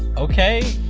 okay.